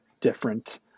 different